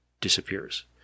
disappears